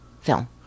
film